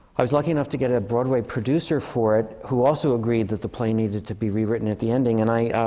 i was lucky enough to get a broadway producer for it, who also agreed that the play needed to be rewritten at the ending. and i